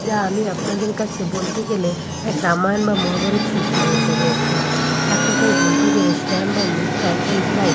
যা আমি আপনাদের কাছে বলতে গেলে এক রামায়ণ বা মহাভারত সৃষ্টি হয়ে যাবে এক্ষুনি এক কথায় বলতে গেলে স্ট্যাম্প বা মুদ্রা এখন প্রায়